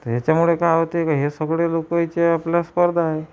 तर त्याच्यामुळे काय होते का हे सगळे लोक हे जे आपला स्पर्धा आहे